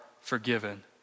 forgiven